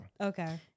Okay